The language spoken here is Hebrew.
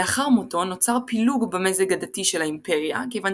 לאחר מותו נוצר פילוג במזג הדתי של האימפריה כיוון